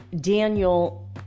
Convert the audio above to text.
Daniel